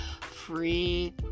free